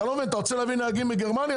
אתה רוצה להביא נהגים מגרמניה?